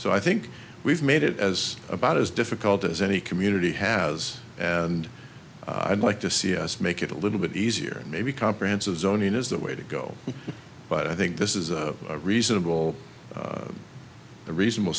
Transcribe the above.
so i think we've made it as about as difficult as any community has and i'd like to see us make it a little bit easier maybe comprehensive zoning is the way to go but i think this is a reasonable a reasonable